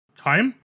Time